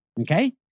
okay